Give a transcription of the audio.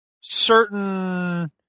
certain